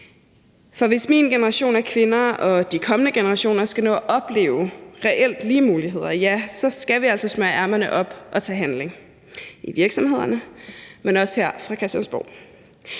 hvis min generation af kvinder og de kommende generationer skal nå at opleve, at der reelt er lige muligheder, ja, så skal vi altså smøge ærmerne op og handle – i virksomhederne, men også her på Christiansborg.